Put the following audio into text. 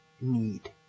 need